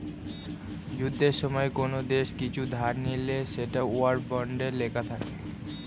যুদ্ধের সময়ে কোন দেশ কিছু ধার নিলে সেটা ওয়ার বন্ডে লেখা থাকে